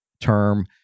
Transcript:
term